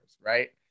right